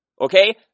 okay